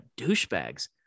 douchebags